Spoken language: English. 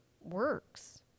works